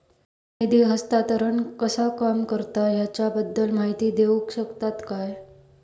निधी हस्तांतरण कसा काम करता ह्याच्या बद्दल माहिती दिउक शकतात काय?